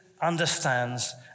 understands